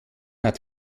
hat